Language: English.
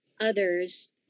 others